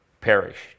perished